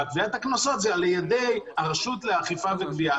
וגביית הקנסות היא על-ידי רשות האכיפה והגבייה.